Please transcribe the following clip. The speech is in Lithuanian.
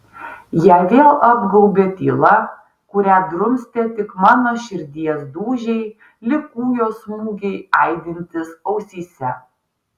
ją vėl apgaubė tyla kurią drumstė tik mano širdies dūžiai lyg kūjo smūgiai aidintys ausyse